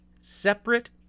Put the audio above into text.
separate